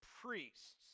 priests